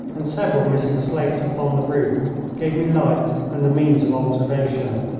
and several missing slates upon the roof gave me light and the means of observation.